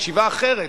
בישיבה אחרת,